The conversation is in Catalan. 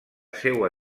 seua